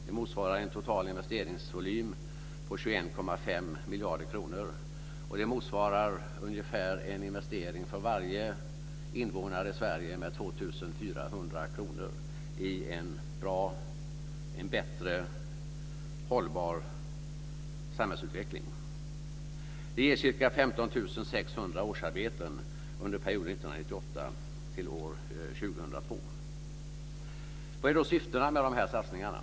Det motsvarar en total investeringsvolym på 21,5 miljarder kronor, och det motsvarar ungefär en investering för varje invånare i Sverige med 2 400 kr i en bättre, mer hållbar samhällsutveckling. Det ger också ca 15 600 årsarbeten under perioden Vad är då syftena med de här satsningarna?